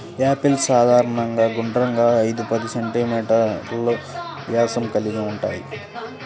apples సాధారణంగా గుండ్రంగా, ఐదు పది సెం.మీ వ్యాసం కలిగి ఉంటాయి